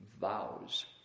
vows